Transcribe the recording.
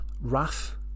wrath